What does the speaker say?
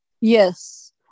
Yes